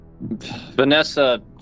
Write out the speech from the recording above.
Vanessa